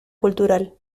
cultural